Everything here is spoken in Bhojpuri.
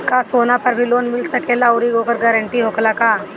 का सोना पर भी लोन मिल सकेला आउरी ओकर गारेंटी होखेला का?